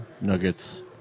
Nuggets